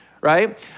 right